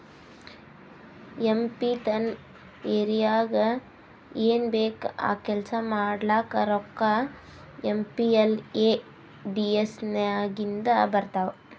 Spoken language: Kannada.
ಎಂ ಪಿ ತನ್ ಏರಿಯಾಗ್ ಏನ್ ಬೇಕ್ ಆ ಕೆಲ್ಸಾ ಮಾಡ್ಲಾಕ ರೋಕ್ಕಾ ಏಮ್.ಪಿ.ಎಲ್.ಎ.ಡಿ.ಎಸ್ ನಾಗಿಂದೆ ಬರ್ತಾವ್